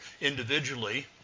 individually